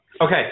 Okay